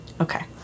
Okay